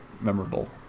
memorable